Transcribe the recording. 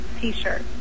T-shirt